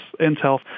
Intel